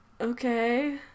okay